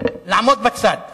לעמוד בצד.